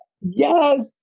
Yes